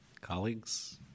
colleagues